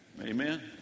Amen